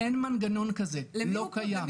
אין מנגנון כזה הוא לא קיים.